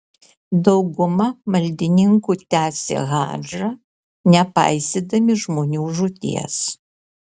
dauguma maldininkų tęsė hadžą nepaisydami žmonių žūties